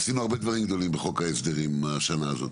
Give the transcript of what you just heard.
עשינו הרבה דברים גדולים בחוק ההסדרים בשנה הזאת.